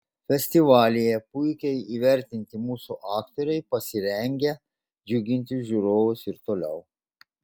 festivalyje puikiai įvertinti mūsų aktoriai pasirengę džiuginti žiūrovus ir toliau